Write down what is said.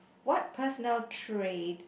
what personal trait